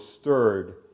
stirred